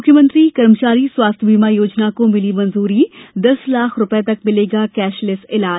मुख्यमंत्री कर्मचारी स्वास्थ्य बीमा योजना को मिली मंजूरीदस लाख रुपये तक का मिलेगा कैशलैस इलाज